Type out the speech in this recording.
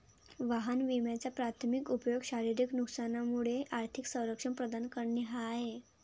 वाहन विम्याचा प्राथमिक उपयोग शारीरिक नुकसानापासून आर्थिक संरक्षण प्रदान करणे हा आहे